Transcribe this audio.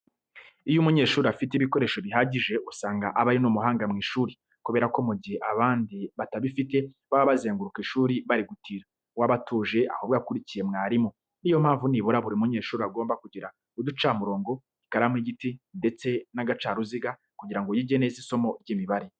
Iyo umunyeshuri afite ibikoresho bihagije usanga aba ari n'umuhanga mu ishuri kubera ko mu gihe abandi batabifite baba bazenguruka ishuri bari gutira, we aba atuje ahubwo akurikiye mwarimu. Niyo mpamvu nibura buri munyeshuri agomba kugira uducamurongo, ikaramu y'igiti ndetse n'agacaruziga kugira ngo yige neza isomo ry'imibare.